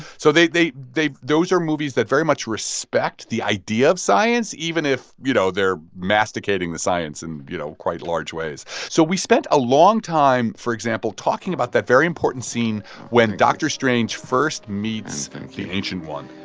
so they they those are movies that very much respect the idea of science even if, you know, they're masticating the science in, you know, quite large ways. so we spent a long time, for example, talking about that very important scene when dr. strange first meets the ancient one.